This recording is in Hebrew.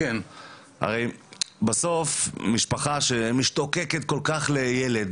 הרי בסוף משפחה שמשתוקקת כל כך לילד,